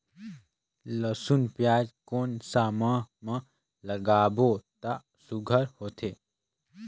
लसुन पियाज कोन सा माह म लागाबो त सुघ्घर होथे?